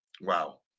Wow